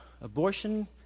abortion